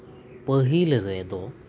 ᱯᱟᱹᱦᱤᱞ ᱨᱮᱫᱚ